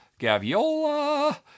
gaviola